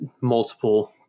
multiple